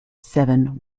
seven